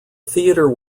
theater